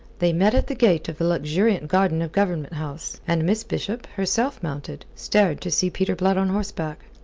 they met at the gate of the luxuriant garden of government house, and miss bishop, herself mounted, stared to see peter blood on horseback.